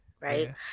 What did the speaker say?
right